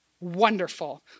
Wonderful